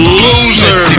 loser